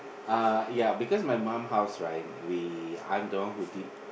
uh yeah because my mum house right we I'm the one who did